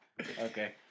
Okay